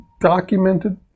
documented